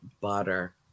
butter